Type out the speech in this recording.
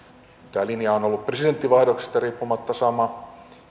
tämä linja on ollut presidentinvaihdoksista riippumatta sama